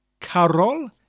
Carol